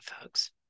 folks